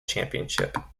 championship